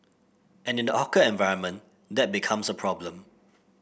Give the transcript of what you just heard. and in the hawker environment that becomes a problem